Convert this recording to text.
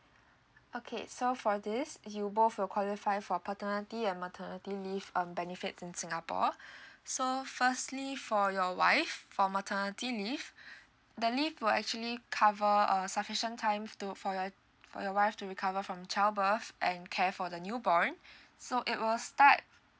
okay so for this you both will qualify for paternity and maternity leave um benefits in singapore so firstly for your wife for maternity leave the leave will actually cover a sufficient time to for your for your wife to recover from child birth and care for the new born so it will start